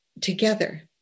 together